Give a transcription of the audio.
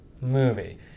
movie